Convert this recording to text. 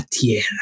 tierra